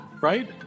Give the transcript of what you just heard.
right